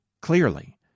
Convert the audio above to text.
clearly